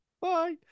Bye